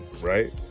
right